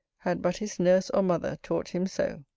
had but his nurse or mother taught him so.